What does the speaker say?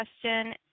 question